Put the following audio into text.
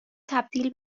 تبدیل